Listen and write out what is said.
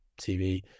TV